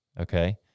okay